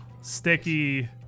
sticky